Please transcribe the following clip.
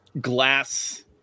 glass